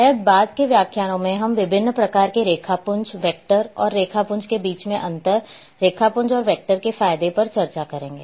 शायद बाद के व्याख्यानों में हम विभिन्न प्रकार के रेखापुंज वेक्टर और रेखापुंज के बीच अंतर रेखापुंज और वेक्टर के फायदे पर चर्चा करेंगे